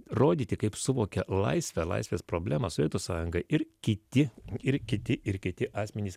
rodyti kaip suvokia laisvę laisvės problemą sovietų sąjunga ir kiti ir kiti ir kiti asmenys